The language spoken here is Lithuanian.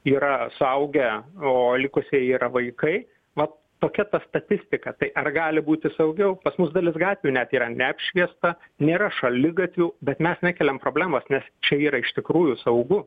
yra suaugę o likusieji yra vaikai vat tokia ta statistika tai ar gali būti saugiau pas mus dalis gatvių net yra neapšviesta nėra šaligatvių bet mes nekeliam problemos nes čia yra iš tikrųjų saugu